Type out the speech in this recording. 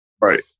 right